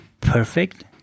perfect